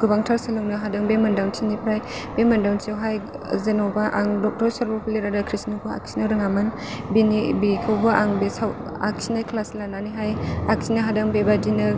गोबांथार सोलोंनो हादों बे मोन्दांथिनिफ्राय बे मोन्दांथियावहाय जेन'बा आं डा सर्बपल्लि राधा कृष्णखौ आखिनो रोङामोन बेनि बेखौबो आं बे सावगारि आखिनाय क्लास लानानैहाय आखिनो हादों बेबादिनो